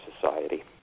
society